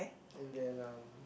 and then (m)